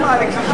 מאחר שזה נכנס,